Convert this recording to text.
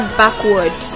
backward